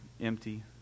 empty